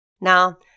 Now